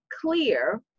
clear